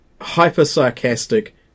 hyper-sarcastic